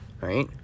right